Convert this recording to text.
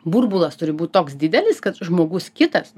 burbulas turi būt toks didelis kad žmogus kitas